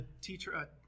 teacher